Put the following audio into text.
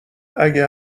اگه